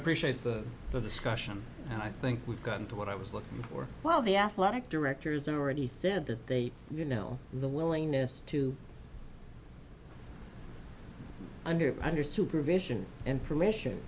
appreciate the discussion and i think we've gotten to what i was looking for while the athletic directors are already said that they you know the willingness to under under supervision information